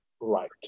right